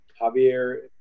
Javier